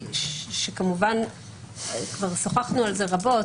כמובן כבר שוחחנו על זה רבות,